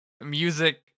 music